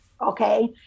Okay